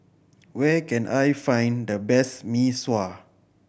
where can I find the best Mee Sua